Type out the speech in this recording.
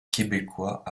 québécois